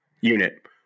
unit